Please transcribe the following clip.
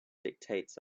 dictates